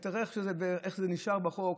ותראה איך שזה נשאר בחוק.